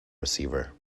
receiver